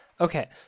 Okay